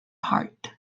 heart